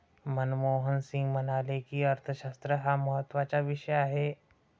मनमोहन सिंग म्हणाले की, अर्थशास्त्र हा महत्त्वाचा विषय आहे